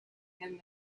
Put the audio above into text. and